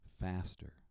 faster